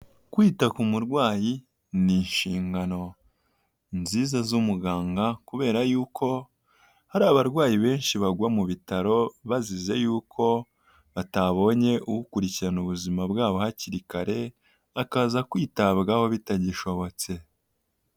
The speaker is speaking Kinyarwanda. Kwita ku murwayi ni inshingano nziza z'umuganga, kubera yuko hari abarwayi benshi bagwa mu bitaro bazize yuko batabonye ukurikirana ubuzima bwabo hakiri kare bakaza kwitabwaho bitagishobotse.